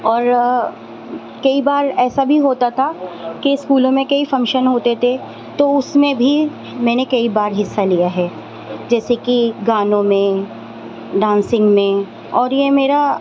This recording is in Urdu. اور کئی بار ایسا بھی ہوتا تھا کہ اسکولوں میں کئی فنکشن ہوتے تھے تو اس میں بھی میں نے کئی بار حصہ لیا ہے جیسے کہ گانوں میں ڈانسنگ میں اور یہ میرا